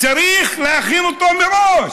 צריך להכין אותו מראש,